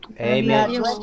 Amen